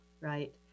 right